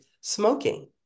smoking